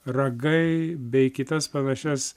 ragai bei kitas panašias